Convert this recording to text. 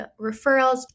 referrals